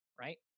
right